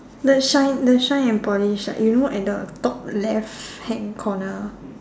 the shine the shine and polish right you know at the top left hand corner